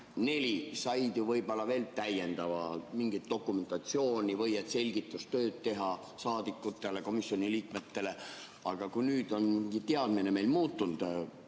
neli said ju võib-olla veel täiendava mingi dokumentatsiooni, et [saaks] teha selgitustööd saadikutele ja komisjoni liikmetele. Aga kui nüüd on mingi teadmine meil muutunud,